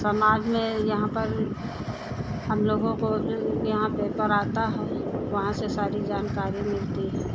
समाज में यहाँ पर हमलोगों को यहाँ पेपर आता है वहाँ से सारी जानकारी मिलती है